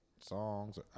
songs